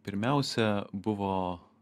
pirmiausia buvo